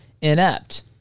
inept